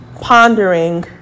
pondering